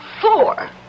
four